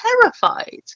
terrified